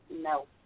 No